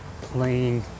playing